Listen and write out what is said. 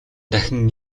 дахин